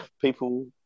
people